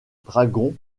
dragons